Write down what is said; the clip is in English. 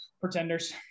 Pretenders